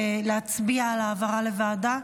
להצביע על העברה לוועדה?